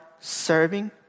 serving